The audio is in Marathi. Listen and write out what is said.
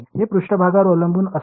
हे पृष्ठभागावर अवलंबून असते